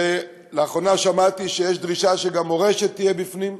לאחרונה שמעתי שיש דרישה שגם "מורשת" תהיה בפנים,